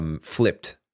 flipped